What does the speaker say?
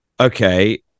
okay